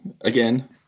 again